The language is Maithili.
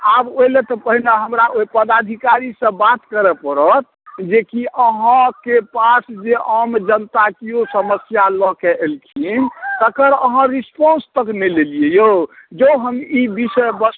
आब ओहिलए तऽ पहिने हमरा ओहि पदाधिकारीसँ बात करऽ पड़त जेकि अहाँके पास जे आमजनता किओ समस्या लऽ कऽ अएलखिन तकर अहाँ रेस्पॉन्स तक नहि लेलिए औ जँ हम ई विषय वस्तु